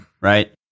Right